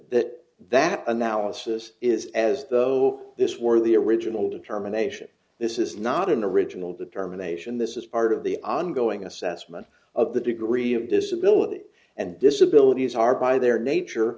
that that analysis is as though this were the original determination this is not in the original determination this is part of the ongoing assessment of the degree of disability and disability are by their nature